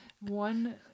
one